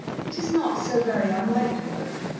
it is not so very unlike your own.